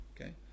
okay